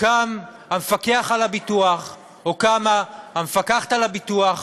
קם המפקח על הביטוח או קמה המפקחת על הביטוח,